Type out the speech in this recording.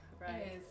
right